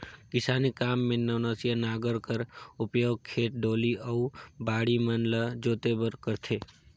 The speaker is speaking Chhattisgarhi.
किसानी काम मे नवनसिया नांगर कर उपियोग खेत, डोली अउ बाड़ी मन ल जोते बर करथे